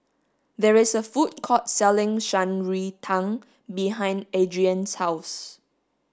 there is a food court selling Shan Rui Tang behind Adriane's house